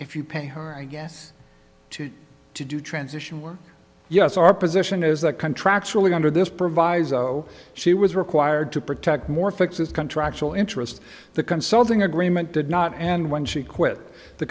if you pay her i guess to to do transition work yes our position is that contractually under this proviso she was required to protect more fixes contractual interest the consulting agreement did not and when she quit the